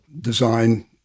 design